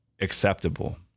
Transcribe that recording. acceptable